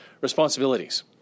responsibilities